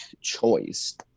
choice